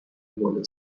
بالا